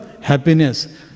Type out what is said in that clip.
happiness